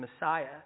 Messiah